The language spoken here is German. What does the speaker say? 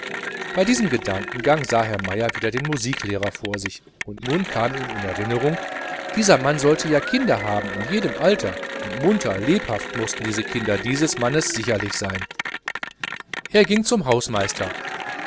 bei diesem gedankengang sah herr meier wieder den musiklehrer vor sich und nun kam ihm in erinnerung dieser mann sollte ja kinder haben in jedem alter und munter lebhaft temperamentvoll mußten die kinder dieses mannes sicherlich sein er ging zum